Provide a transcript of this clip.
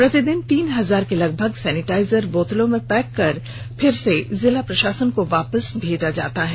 प्रतिदिन तीन हजार के लगभग सैनिटाइजर को बोतल में पैक कर पुनः जिला प्रशासन को भेजा जाता है